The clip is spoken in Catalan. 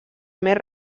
més